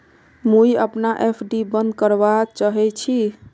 मुई अपना एफ.डी बंद करवा चहची